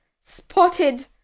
spotted